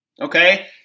okay